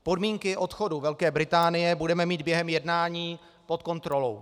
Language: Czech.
Podmínky odchodu Velké Británie budeme mít během jednání pod kontrolou.